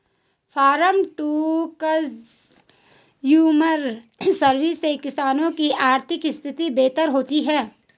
farmer to consumer service से किसानों की आर्थिक स्थिति बेहतर होती है